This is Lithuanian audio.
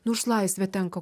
už laisvę tenka